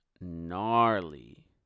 gnarly